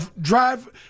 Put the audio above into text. drive